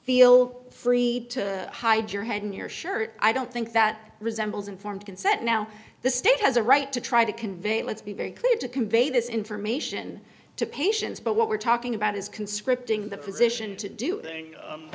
feel free to hide your head in your shirt i don't think that resembles informed consent now the state has a right to try to convey let's be very clear to convey this information to patients but what we're talking about is conscripting the position to do